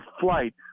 flight